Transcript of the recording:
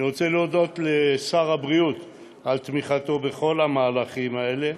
אני רוצה להודות לשר הבריאות על תמיכתו בכל המהלכים האלה.